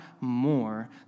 more